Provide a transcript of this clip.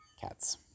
cats